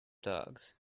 dogs